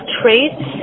traits